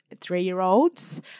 three-year-olds